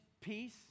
peace